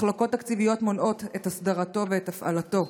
מחלוקות תקציביות מונעות את הסדרתו ואת הפעלתו.